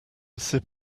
sip